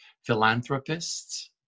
philanthropists